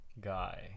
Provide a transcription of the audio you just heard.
guy